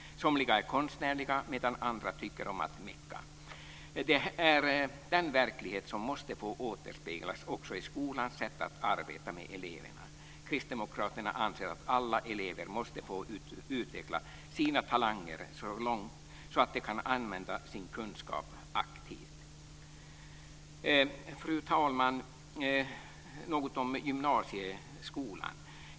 Somliga är konstnärliga, medan andra tycker om att meka. Det är den verklighet som måste få återspeglas också i skolans sätt att arbeta med eleverna. Kristdemokraterna anser att alla elever måste få utveckla sina talanger så att de kan använda sin kunskap aktivt. Fru talman! Jag ska säga något om gymnasieskolan.